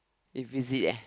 if visit ah